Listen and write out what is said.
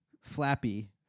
Flappy